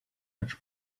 catch